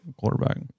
quarterback